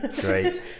Great